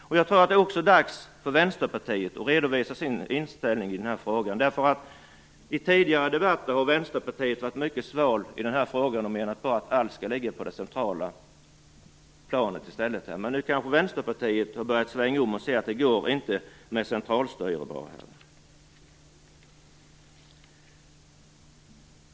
Jag tycker också att det är dags för Vänsterpartiet att redovisa sin inställning i den här frågan. I tidigare debatter har Vänsterpartiet varit mycket svalt i den här frågan och menat att allt i stället skall ligga på det centrala planet. Men nu kanske Vänsterpartiet har börjat svänga om och se att det inte går med bara centralstyre.